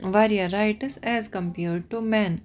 واریاہ rights as compared to men